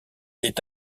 est